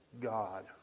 God